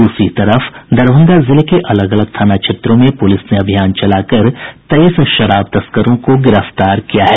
दूसरी तरफ दरभंगा जिले के अलग अलग थाना क्षेत्रों में पुलिस ने अभियान चलाकर तेईस शराब तस्करों को गिरफ्तार किया है